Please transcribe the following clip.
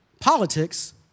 Politics